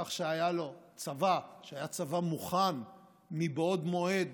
בכך שהיה לו צבא שהיה צבא מוכן מבעוד מועד